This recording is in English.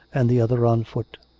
and the other on foot.